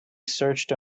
searched